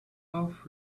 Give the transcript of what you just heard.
off